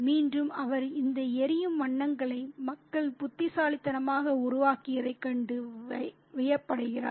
மீண்டும் அவர் இந்த எரியும் வண்ணங்களை மக்கள் புத்திசாலித்தனமாக உருவாக்கியதைக் கண்டு வியப்படைகிறார்